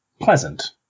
pleasant